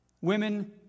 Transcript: women